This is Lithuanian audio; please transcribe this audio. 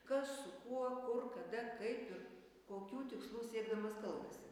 kas su kuo kur kada kaip ir kokių tikslų siekdamas kalbasi